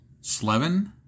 Slevin